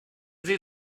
sie